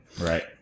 Right